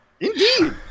Indeed